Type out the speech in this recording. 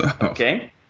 Okay